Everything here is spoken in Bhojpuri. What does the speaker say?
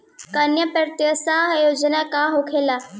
कन्या प्रोत्साहन योजना का होला?